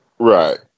Right